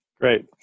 great